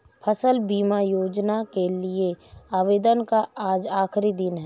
फसल बीमा योजना के लिए आवेदन का आज आखरी दिन है